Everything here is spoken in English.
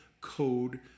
code